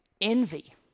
envy